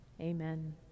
Amen